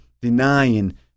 denying